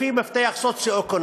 לפי מפתח סוציו-אקונומי,